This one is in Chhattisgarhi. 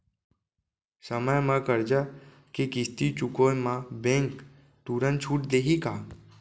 समय म करजा के किस्ती चुकोय म बैंक तुरंत छूट देहि का?